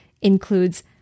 includes